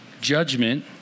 judgment